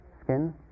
skin